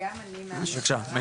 גם אני מהמשטרה,